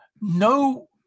no